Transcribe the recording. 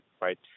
right